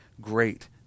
great